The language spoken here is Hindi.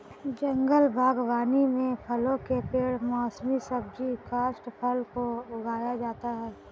जंगल बागवानी में फलों के पेड़ मौसमी सब्जी काष्ठफल को उगाया जाता है